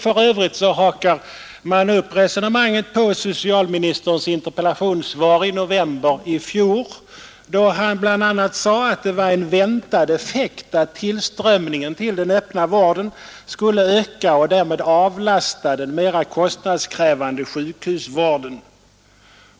För övrigt hakar man upp resonemanget på socialministerns interpellationssvar i november i fjol då han bl.a. sade, att det var en väntad effekt att tillströmningen till den öppna vården skulle öka och därmed avlasta den mera kostnadskrävande sjukhusvården.